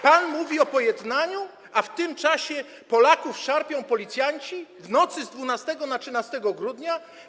Pan mówi o pojednaniu, a w tym czasie Polaków szarpią policjanci w nocy z 12 na 13 grudnia.